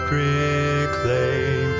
reclaim